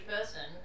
person